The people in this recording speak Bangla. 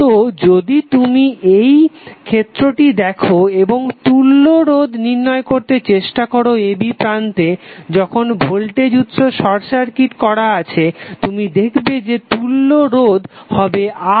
তো যদি তুমি এই ক্ষেত্রটি দেখো এবং তুল্য রোধ নির্ণয় করতে চেষ্টা করো ab প্রান্তে যখন ভোল্টেজ উৎস শর্ট সার্কিট করা আছে তুমি দেখবে যে তুল্য রোধ হবে R